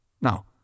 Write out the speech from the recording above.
Now